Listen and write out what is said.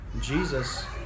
Jesus